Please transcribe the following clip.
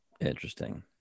Interesting